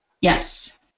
Yes